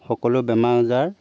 সকলো বেমাৰ আজাৰ